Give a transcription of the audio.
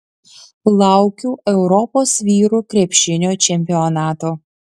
laukiu europos vyrų krepšinio čempionato